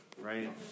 Right